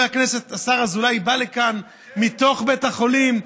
הכנסת השר אזולאי בא לכאן מתוך בית החולים?